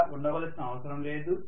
ఇలా ఉండవలసిన అవసరం లేదు